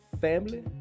family